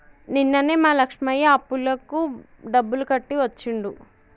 నిన్ననే మా లక్ష్మయ్య అప్పులకు డబ్బులు కట్టి వచ్చిండు